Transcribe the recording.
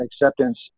acceptance